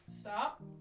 stop